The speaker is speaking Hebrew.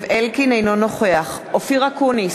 אינו נוכח אופיר אקוניס,